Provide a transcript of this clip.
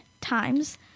times